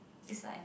it's like